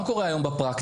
מה קורה היום בפרקטיקה.